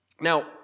Now